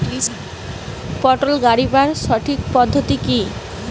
পটল গারিবার সঠিক পদ্ধতি কি?